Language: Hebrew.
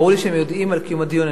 ברור לי שהם יודעים על קיום הדיון.